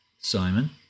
Simon